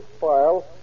file